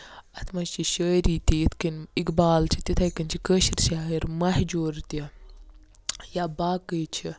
یَتھ منٛز چھِ شٲعری تہِ یِتھ کٔنۍ اِقبال چھِ تِتھٕے کٔنۍ چھِ کٲشِر شاعر مہجوٗر تہِ یا باقٕے چھِ